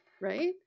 right